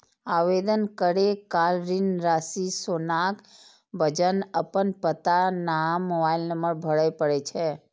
आवेदन करै काल ऋण राशि, सोनाक वजन, अपन पता, नाम, मोबाइल नंबर भरय पड़ै छै